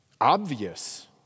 obvious